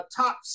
top